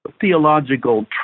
theological